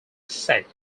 sect